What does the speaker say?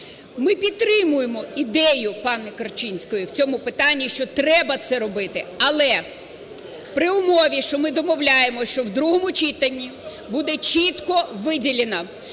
Ми підтримуємо ідею пані Корчинської в цьому питанні, що треба це робити. Але при умові, що ми домовляємося, що в другому читанні буде чітко виділено,